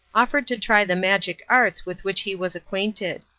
offered to try the magic arts with which he was acquainted.